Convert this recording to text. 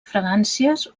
fragàncies